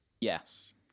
Yes